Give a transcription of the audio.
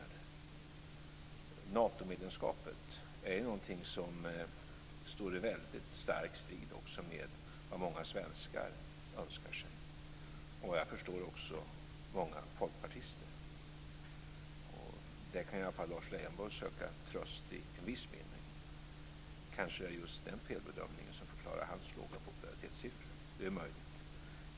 Ett Natomedlemskap står också i väldigt stark strid med vad många svenskar önskar sig, såvitt jag förstår också många folkpartister. Kanske kan Lars Leijonborg där i viss mening söka tröst - det är möjligt att det är just den felbedömningen som förklarar hans låga popularitetssiffror.